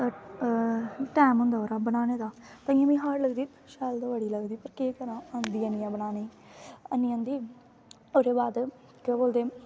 time होंदा उ'दा बनाने दा तांईं मिगी हार्ड लगदी शैल ते बड़ी लगदी केह् करां आंदी है नीं ऐ बनाने अ'न्नी आंदी ओह्दे बाद केह् बोलदे